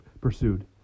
Pursued